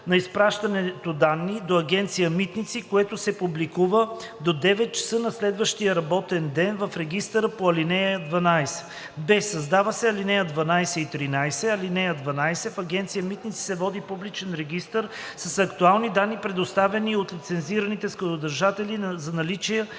на изпращането данни до Агенция „Митници“, което се публикува до 9.00 ч. на следващия работен ден в регистъра по ал. 12.“; б) създават се ал. 12 и 13: „(12) В Агенция „Митници“ се води публичен регистър с актуални данни, предоставени от лицензираните складодържатели за наличие